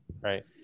Right